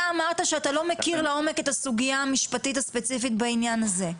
אתה אמרת שאתה לא מכיר לעומק את הסוגייה המשפטית הספציפית בעניין הזה.